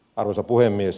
arvoisa puhemies